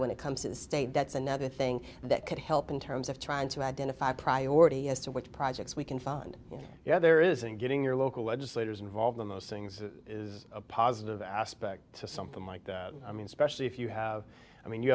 and it comes to the state that's another thing that could help in terms of trying to identify priority as to what projects we can fund the other isn't getting your local legislators involved the most things is a positive aspect to something like that i mean especially if you have i mean you